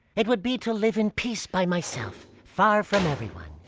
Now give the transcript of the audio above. it would be to live in peace by myself, far from everyone.